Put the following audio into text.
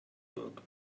book